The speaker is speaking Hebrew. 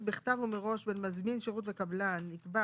בכתב ומראש בין מזמין שירות וקבלן נקבע